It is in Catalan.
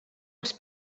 als